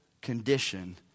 condition